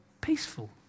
peaceful